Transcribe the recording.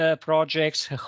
projects